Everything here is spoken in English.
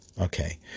Okay